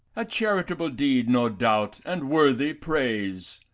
a charitable deed, no doubt, and worthy praise!